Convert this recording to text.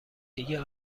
دیگه